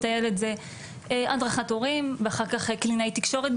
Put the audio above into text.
הילד זה הדרכת הורים ואחר כך קלינאית תקשורת,